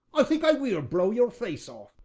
i think i will blow your face off.